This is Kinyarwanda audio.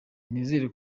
nizere